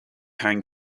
hang